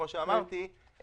כמו שאמרתי,